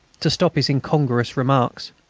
to stop his incongruous remarks.